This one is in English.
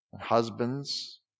Husbands